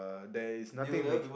there is nothing we